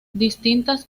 distintas